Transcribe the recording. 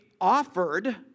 offered